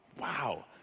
Wow